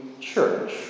church